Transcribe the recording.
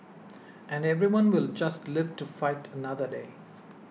and everyone will just live to fight another day